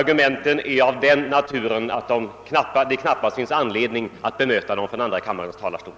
Argumenten är av den natur att det knappast finns anledning att bemöta dem från andra kammarens talarstol.